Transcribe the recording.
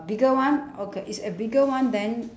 bigger one okay it's a bigger one then